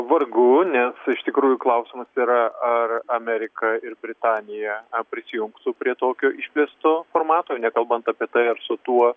vargu nes iš tikrųjų klausimas yra ar amerika ir britanija prisijungtų prie tokio išplėsto formato nekalbant apie tai ar su tuo